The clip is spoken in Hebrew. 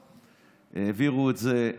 העביר את זה,